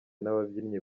n’ababyinnyi